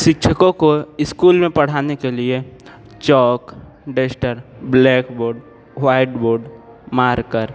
शिक्षकों को स्कूल में पढ़ाने के लिए chalk duster black board white board marker